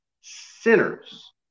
sinners